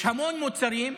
יש המון מוצרים.